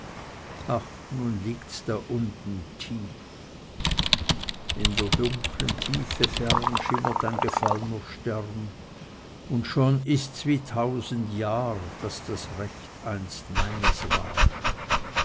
ach nun liegt's da unten tief in der dunklen tiefe fern schimmert ein gefallner stern und schon ist's wie tausend jahr daß das recht einst meines war